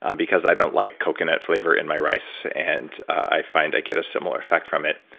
um because i don't like coconut flavor in my rice and i find i get a similar effect from it.